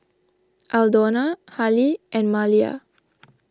Aldona Hali and Maliyah